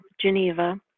Geneva